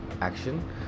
action